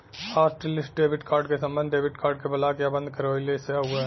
hotlist debit card क सम्बन्ध debit card क ब्लॉक या बंद करवइले से हउवे